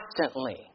constantly